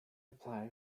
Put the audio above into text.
apply